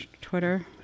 Twitter